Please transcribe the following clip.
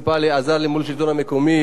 עזר לי מול השלטון המקומי,